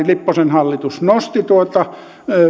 lipposen hallitus nosti sitten tuota